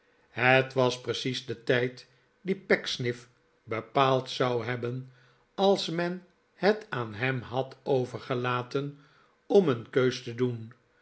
het was precies de tijd dien pecksniff bepaald zou hebben als men het aan hem had overgelaten om een keus te doen